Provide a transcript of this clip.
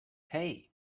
hey